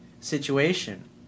situation